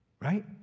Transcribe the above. Right